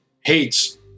hates